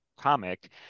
comic